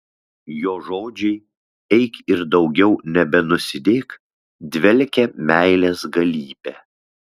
jo žodžiai eik ir daugiau nebenusidėk dvelkia meilės galybe